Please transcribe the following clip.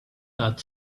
that